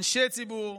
אנשי ציבור,